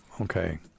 Okay